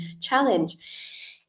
challenge